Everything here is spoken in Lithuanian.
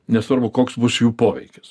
nesvarbu koks bus jų poveikis